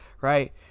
right